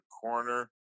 corner